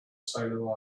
solo